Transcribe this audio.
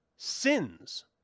sins